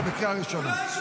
אתה בקריאה ראשונה.